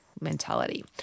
mentality